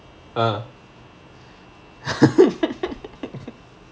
uh